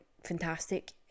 fantastic